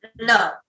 No